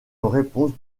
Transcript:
réponse